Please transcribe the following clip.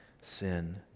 sin